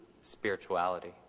spirituality